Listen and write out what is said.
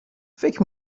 فکر